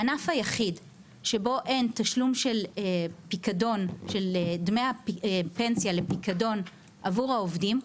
הענף היחיד שבו אין תשלום של דמי הפנסיה לפיקדון עבור העובדים,